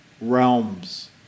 realms